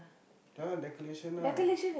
ya lah decoration lah